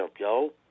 yo